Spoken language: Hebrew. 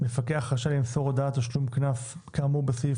מפקח רשאי למסור הודעת תשלום קנס כאמור בסעיף